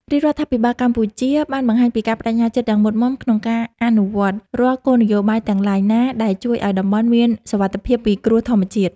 រាជរដ្ឋាភិបាលកម្ពុជាបានបង្ហាញពីការប្តេជ្ញាចិត្តយ៉ាងមុតមាំក្នុងការអនុវត្តរាល់គោលនយោបាយទាំងឡាយណា ដែលជួយឱ្យតំបន់មានសុវត្ថិភាពពីគ្រោះធម្មជាតិ។